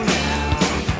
now